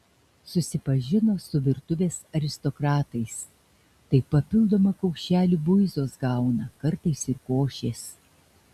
susipažino su virtuvės aristokratais tai papildomą kaušelį buizos gauna kartais ir košės